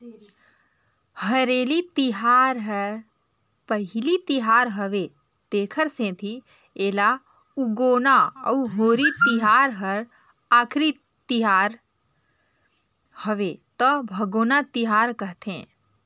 हरेली तिहार हर पहिली तिहार हवे तेखर सेंथी एला उगोना अउ होरी तिहार हर आखरी तिहर हवे त भागोना तिहार कहथें